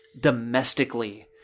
domestically